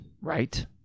right